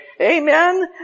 Amen